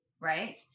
right